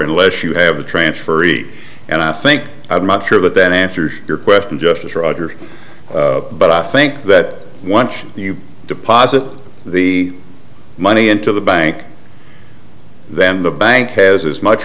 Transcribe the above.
unless you have a transfer read and i think i'm not sure but that answers your question justice roger but i think that once you deposit the money into the bank then the bank has as much